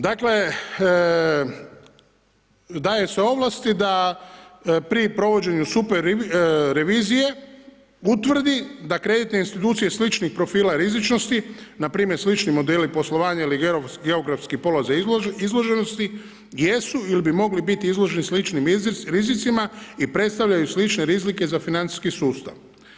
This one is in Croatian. Dakle, daje se ovlasti da pri provođenju super revizije utvrdi da kreditne institucije sličnih profila rizičnosti na primjer slični modeli poslovanja ili geografski položaj izloženosti jesu ili bi mogli biti izloženi sličnim rizicima i predstavljaju slične rizike za financijski sustav.